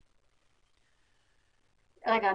רגע,